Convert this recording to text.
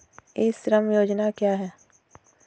ई श्रम योजना क्या है?